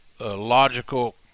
logical